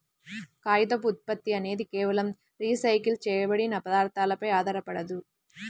కాగితపు ఉత్పత్తి అనేది కేవలం రీసైకిల్ చేయబడిన పదార్థాలపై ఆధారపడదు